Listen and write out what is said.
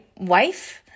wife